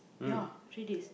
ya three days